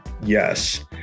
yes